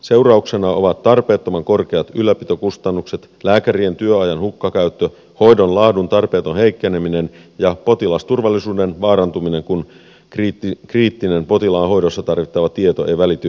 seurauksena ovat tarpeettoman korkeat ylläpitokustannukset lääkärien työajan hukkakäyttö hoidon laadun tarpeeton heikkeneminen ja potilasturvallisuuden vaarantuminen kun kriittinen potilaan hoidossa tarvittava tieto ei välity systeemistä toiseen